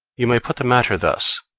you may put the matter thus